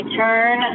turn